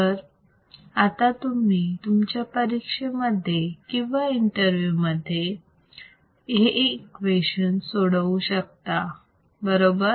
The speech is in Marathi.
तर आता तुम्ही तुमच्या परीक्षेमध्ये किंवा इंटरव्यू मध्ये ही इक्वेशन सोडवू शकता बरोबर